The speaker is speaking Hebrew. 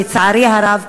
לצערי הרב,